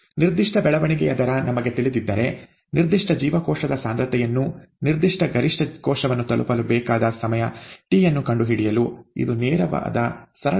ನಿರ್ದಿಷ್ಟ ಬೆಳವಣಿಗೆಯ ದರ ನಮಗೆ ತಿಳಿದಿದ್ದರೆ ನಿರ್ದಿಷ್ಟ ಜೀವಕೋಶದ ಸಾಂದ್ರತೆಯನ್ನು ನಿರ್ದಿಷ್ಟ ಗರಿಷ್ಠ ಕೋಶವನ್ನು ತಲುಪಲು ಬೇಕಾದ ಸಮಯ tಯನ್ನು ಕಂಡುಹಿಡಿಯಲು ಇದು ನೇರವಾದ ಸರಳ ಲೆಕ್ಕಾಚಾರವಾಗಿದೆ